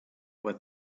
with